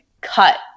cut